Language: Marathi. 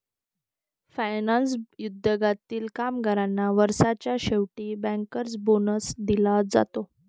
फायनान्स उद्योगातील कामगारांना वर्षाच्या शेवटी बँकर्स बोनस दिला जाते